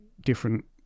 different